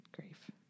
grief